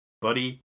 Buddy